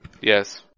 Yes